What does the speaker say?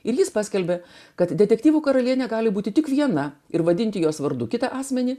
ir jis paskelbė kad detektyvų karalienė gali būti tik viena ir vadinti jos vardu kitą asmenį